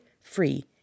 free